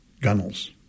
gunnels